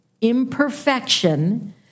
imperfection